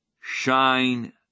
shine